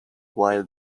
while